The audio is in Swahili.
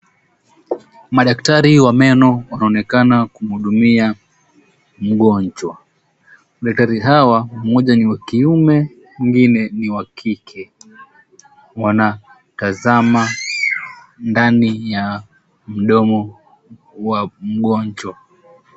Madaktari wa Meno wanaonekana kuhudumia mgonjwa, madaktari hawa mmoja niwa kiume mwingine ni wa kike wanatazama ndani ya mdomo wa mgonjwa.